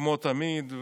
כמו תמיד,